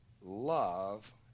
love